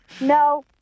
No